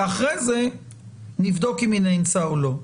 ואחרי זה נבדוק את היא נאנסה או לא.